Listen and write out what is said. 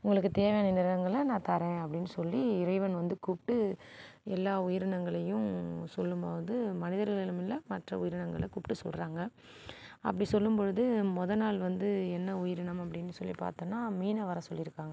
உங்களுக்கு தேவையான நிறங்களை நான் தரேன் அப்படின் சொல்லி இறைவன் வந்து கூப்பிட்டு எல்லா உயிரினங்களையும் சொல்லும்போது மனிதர்கள் இல்லை மற்ற உயிரினங்களை கூப்ட்டு சொல்கிறாங்க அப்படி சொல்லும்பொழுது மொதல் நாள் வந்து என்ன உயிரினம் அப்டின்னு சொல்லி பார்த்தம்னா மீனை வர சொல்லியிருக்காங்க